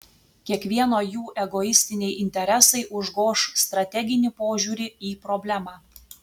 kiekvieno jų egoistiniai interesai užgoš strateginį požiūrį į problemą